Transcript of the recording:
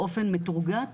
באופן מטורגט,